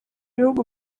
bihugu